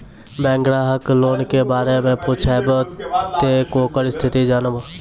Bank ग्राहक loan के बारे मैं पुछेब ते ओकर स्थिति जॉनब?